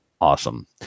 awesome